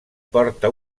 porta